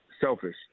selfish